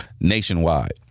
Nationwide